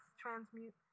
transmute